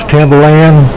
Timberland